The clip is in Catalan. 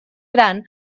gran